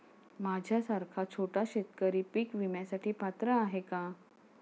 माझ्यासारखा छोटा शेतकरी पीक विम्यासाठी पात्र आहे का?